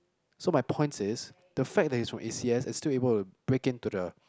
so my points is the fact that he's from A_C_S and still able to break in to the